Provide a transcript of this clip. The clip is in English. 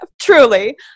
truly